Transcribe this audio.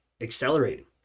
accelerating